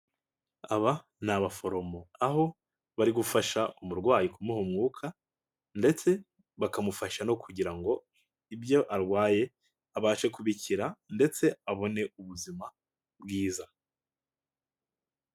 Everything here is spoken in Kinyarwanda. Aba ni abaforomo, aho bari gufasha umurwayi kumuha umwuka, ndetse bakamufasha no kugira ngo ibyo arwaye abashe kubikira ndetse abone ubuzima bwiza.